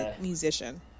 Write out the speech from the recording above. musician